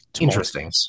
interesting